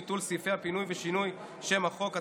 ביטול סעיפי הפינוי ושינוי שם החוק),